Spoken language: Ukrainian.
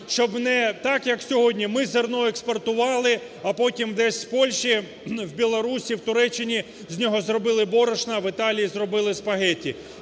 щоб не так як сьогодні, ми зерно експортували, а потім десь в Польщі, в Білорусії, в Туреччині з нього зробили борошно, а в Італії зробили спагеті